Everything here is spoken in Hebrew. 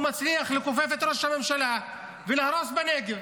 הוא מצליח לכופף את ראש הממשלה ולהרוס בנגב.